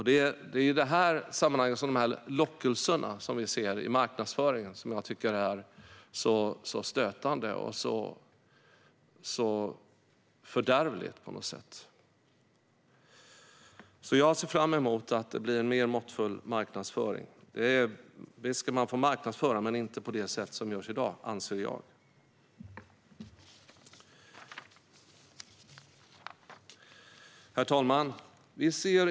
Det är i det här sammanhanget som jag tycker att de lockelser vi ser i marknadsföringen är så stötande och fördärvliga, på något sätt. Jag ser därför fram emot att marknadsföringen blir mer måttfull. Visst ska man få marknadsföra, men inte på det sätt som görs i dag - anser jag. Herr talman!